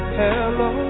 hello